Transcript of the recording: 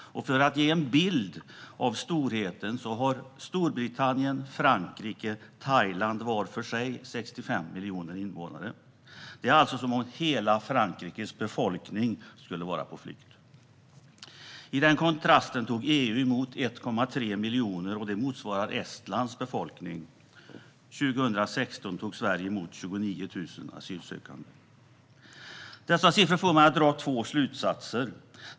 För att ge en bild av omfattningen har Storbritannien, Frankrike och Thailand var för sig 65 miljoner invånare. Det är alltså som om hela Frankrikes befolkning skulle vara på flykt. I kontrast till detta tog EU emot 1,3 miljoner, vilket motsvarar Estlands befolkning. År 2016 tog Sverige emot 29 000 asylsökande. Dessa siffror får mig att dra två slutsatser.